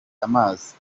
amazi